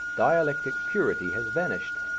dialectic purity has vanished,